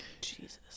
Jesus